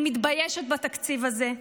אני מתביישת בתקציב הזה.